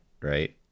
right